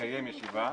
לקיים ישיבה,